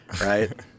right